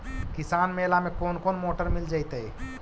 किसान मेला में कोन कोन मोटर मिल जैतै?